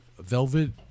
Velvet